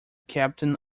captain